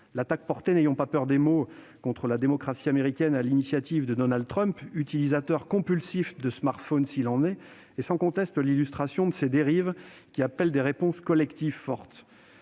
L'attaque portée- n'ayons pas peur des mots -contre la démocratie américaine sur l'initiative de Donald Trump, utilisateur compulsif de smartphone s'il en est, est sans conteste l'illustration de ces dérives, qui appellent des réponses collectives fortes.